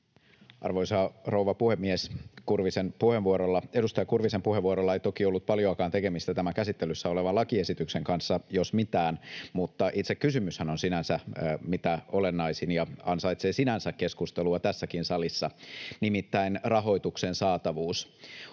Arvoisa rouva puhemies! Edustaja Kurvisen puheenvuorolla ei toki ollut paljoakaan tekemistä tämän käsittelyssä olevan lakiesityksen kanssa, jos mitään, mutta itse kysymyshän on sinänsä mitä olennaisin ja ansaitsee sinänsä keskustelua tässäkin salissa, nimittäin rahoituksen saatavuus.